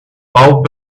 all